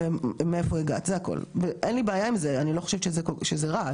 אני לא חושבת שזה רע אבל אי אפשר להגיד שזה מונגש,